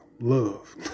love